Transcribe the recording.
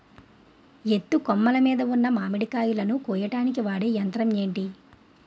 ఎత్తు కొమ్మలు మీద ఉన్న మామిడికాయలును కోయడానికి వాడే యంత్రం ఎంటి?